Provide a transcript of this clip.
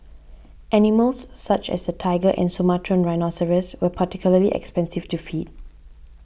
animals such as the tiger and Sumatran rhinoceros were particularly expensive to feed